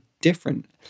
different